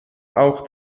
auch